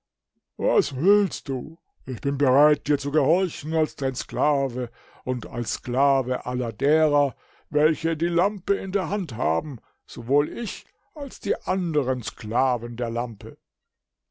was willst du ich bin bereit dir zu gehorchen als dein sklave und als sklave aller derer welche die lampe in der hand haben sowohl ich als die anderen sklaven der lampe